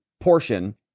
portion